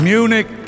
Munich